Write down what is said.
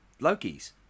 Lokis